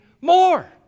more